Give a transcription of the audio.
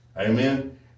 Amen